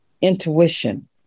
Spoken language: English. intuition